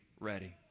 ready